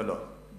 לא, לא.